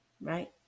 right